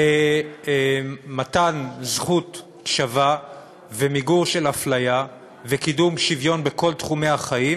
מתן זכות שווה ומיגור אפליה וקידום שוויון בכל תחומי החיים